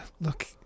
Look